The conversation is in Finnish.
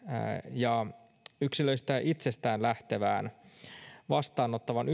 ja yksilöistä itsestään lähtevään vastaanottavaan